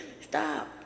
stop